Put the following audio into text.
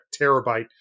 terabyte